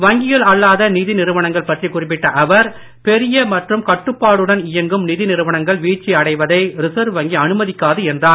வங்கிகள் அல்லாத நிதி நிறுவனங்கள் பற்றிக் குறிப்பிட்ட அவர் பெரிய மற்றும் கட்டுப்பாட்டுடன் இயங்கும் நிதி நிறுவனங்கள் வீழ்ச்சி அடைவதை ரிசர்வ் வங்கி அனுமதிக்காது என்றார்